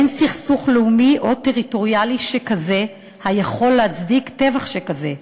אין סכסוך לאומי או טריטוריאלי שכזה היכול להצדיק טבח שכזה,